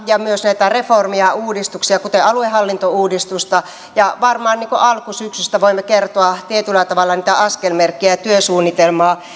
ja myös näitä reformeja uudistuksia kuten aluehallintouudistusta ja varmaan alkusyksystä voimme kertoa tietyllä tavalla niitä askelmerkkejä ja työsuunnitelmaa